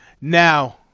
Now